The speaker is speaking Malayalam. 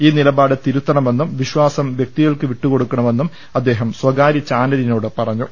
ഈ നിലപാട് തിരുത്തണമെന്നും വിശ്വാസം വൃക്തികൾക്ക് വിട്ടുകൊടുക്കണമെന്നും അദ്ദേഹം സ്വകാര്യ ചാനലിനോട് പറഞ്ഞു